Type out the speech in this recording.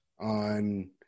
on